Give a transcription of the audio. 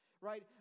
Right